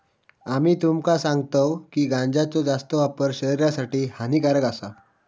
आम्ही तुमका सांगतव की गांजाचो जास्त वापर शरीरासाठी हानिकारक आसा